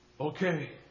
Okay